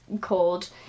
called